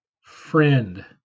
friend